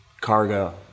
Cargo